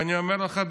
ואני אומר לך,